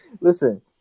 Listen